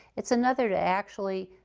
it's another to actually